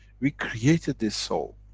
we created this soul,